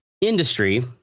industry